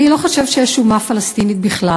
"אני לא חושב שיש אומה פלסטינית בכלל,